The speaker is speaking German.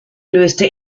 löste